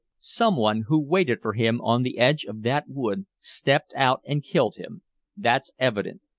someone who waited for him on the edge of that wood stepped out and killed him that's evident,